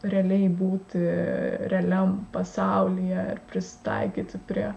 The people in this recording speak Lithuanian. realiai būti realiam pasaulyje ir prisitaikyti prie